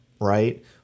right